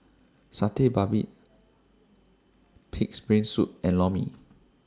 Satay Babat Pig'S Brain Soup and Lor Mee